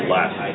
last